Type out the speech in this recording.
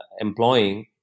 employing